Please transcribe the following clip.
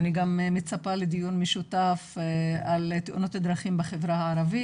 אני גם מצפה לדיון משותף על תאונות הדרכים בחברה הערבית.